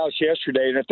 yesterday